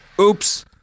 oops